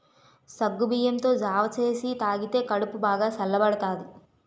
సగ్గుబియ్యంతో జావ సేసి తాగితే కడుపు బాగా సల్లబడతాది